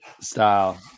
style